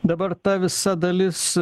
dabar ta visa dalis